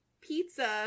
Pizza